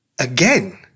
Again